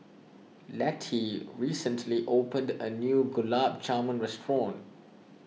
Lettie recently opened a new Gulab Jamun restaurant